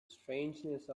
strangeness